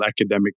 academic